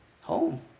home